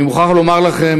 אני מוכרח לומר לכם,